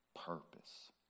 purpose